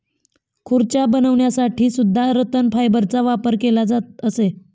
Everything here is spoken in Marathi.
खुर्च्या बनवण्यासाठी सुद्धा रतन फायबरचा वापर केला जात असे